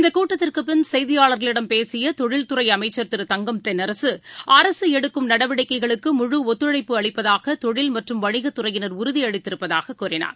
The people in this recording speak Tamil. இந்தகூட்டத்திற்குப்பின் செய்தியாளர்களிடம் பேசியதொழில்துறைஅமைச்சர் திரு தங்கம் தென்னரசு அரசுஎடுக்கும் நடவடிக்கைகளுக்கு முழு ஒத்துழைப்பு அளிப்பதாகதொழில் மற்றும் வணிகத்துறையினர் உறுதிஅளித்திருப்பதாககூறினார்